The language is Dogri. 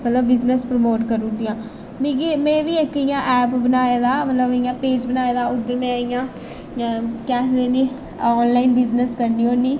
मतलब बिजनस प्रमोट करी ओड़दियां मिगी में बी इक इ'यां ऐप बनाए दा मतलब इ'यां पेज बनाए दा उद्धर में इ'यां केह् आखदे निं आन लाइन बिजनस करनी होन्नीं